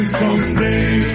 someday